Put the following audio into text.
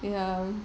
ya